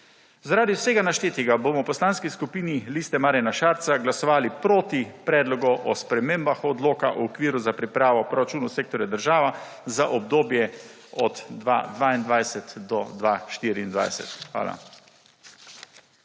Zaradi vsega naštetega bomo v Poslanski skupini Liste Marjana Šarca glasovali proti Predlogu odloka o spremembah Odloka o okviru za pripravo proračunov sektorja država za obdobje od 2022 do 2024. Hvala.